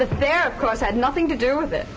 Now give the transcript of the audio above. of course had nothing to do with it